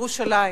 העיר ירושלים,